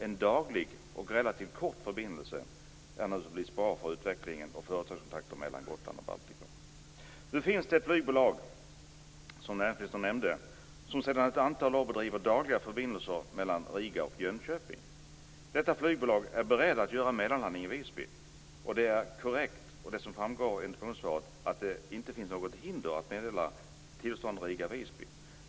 En daglig och relativt kort förbindelse är naturligtvis bra för utvecklingen och för företagskontakterna mellan Gotland och Baltikum. Nu finns det ett flygbolag som, vilket näringsministern nämnde, sedan ett antal år bedriver dagliga förbindelser mellan Riga och Jönköping. Detta flygbolag är berett att göra mellanlandning i Visby. Det är korrekt, som framgår av interpellationssvaret, att det inte finns något hinder att meddela tillstånd för sträckan Riga-Visby.